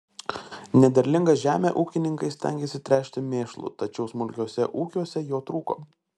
nederlingą žemę ūkininkai stengėsi tręšti mėšlu tačiau smulkiuose ūkiuose jo trūko